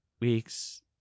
week's